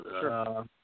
sure